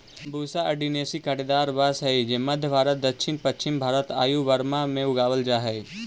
Bambusa arundinacea काँटेदार बाँस हइ जे मध्म भारत, दक्षिण पश्चिम भारत आउ बर्मा में उगावल जा हइ